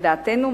לדעתנו,